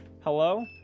Hello